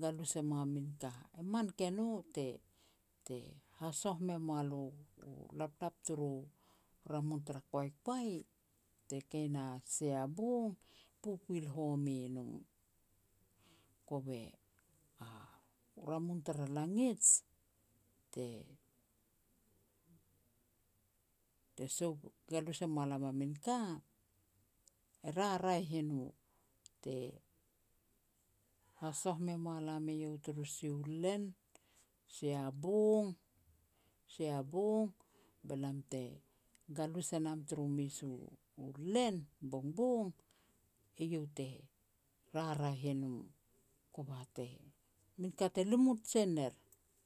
galus e mua min ka. E man ke no te-te hasoh me mua lo u laplap turu ramun tara koaikoai bete kei na sia bong, pupuil home no. Kove u ramun tara langij, te-te soap galus e mua lam a min ka, e raraeh i no te hasoh me mua lam iau turu sia u len, sia bong-sia bong, be lam te galus e nam turu mes u-u len, bongbong, eiau te raraeh e no. Kova te, min ka te limut jen er